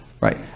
Right